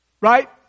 right